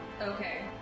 Okay